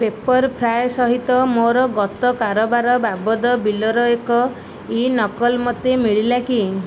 ପେପର୍ଫ୍ରାଏ ସହିତ ମୋର ଗତ କାରବାର ବାବଦ ବିଲର ଏକ ଇ ନକଲ ମୋତେ ମିଳିଲା କି